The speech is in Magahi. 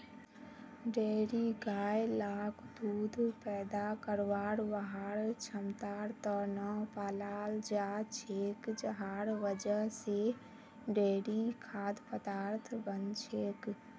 डेयरी गाय लाक दूध पैदा करवार वहार क्षमतार त न पालाल जा छेक जहार वजह से डेयरी खाद्य पदार्थ बन छेक